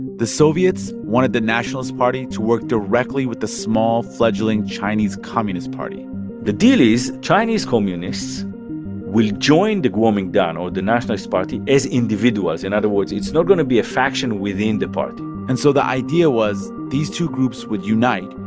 the soviets wanted the nationalist party to work directly with the small, fledgling chinese communist party the deal is chinese communists will join the kuomintang or the nationalist party as individuals. in other words, it's not going to be a faction within the party and so the idea was these two groups would unite,